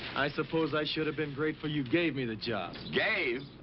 i suppose i should have been grateful you gave me the job. gave?